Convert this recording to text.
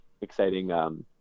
exciting